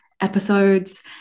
episodes